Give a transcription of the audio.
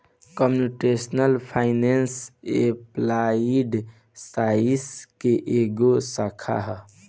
computational finance applied science के एगो शाखा ह